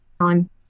time